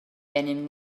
gennym